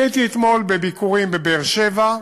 הייתי אתמול בביקורים בבאר-שבע,